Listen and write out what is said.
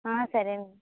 సరేనండి